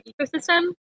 ecosystem